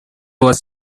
was